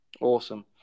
Awesome